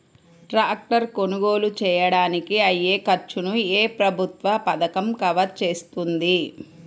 Tractor కొనుగోలు చేయడానికి అయ్యే ఖర్చును ఏ ప్రభుత్వ పథకం కవర్ చేస్తుంది?